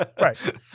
Right